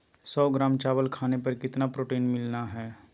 सौ ग्राम चावल खाने पर कितना प्रोटीन मिलना हैय?